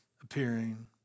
appearing